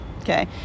Okay